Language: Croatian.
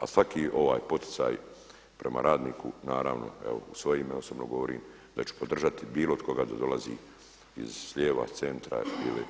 A svaki ovaj poticaj prema radniku, naravno evo u svoje ime osobno govorim da ću podržati bilo koga da dolazi iz s lijeva, s centra, ili